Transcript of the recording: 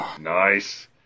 Nice